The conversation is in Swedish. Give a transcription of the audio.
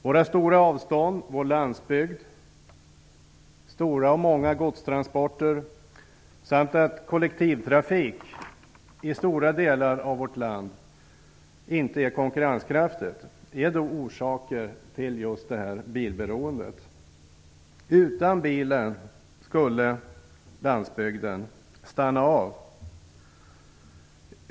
Våra stora avstånd, vår landsbygd, stora och många godstransporter samt en kollektivtrafik som i stora delar av vårt land inte är konkurrenskraftig är orsaker till detta bilberoende. Utan bilar skulle landsbygden stanna av.